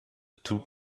tut